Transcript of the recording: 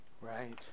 Right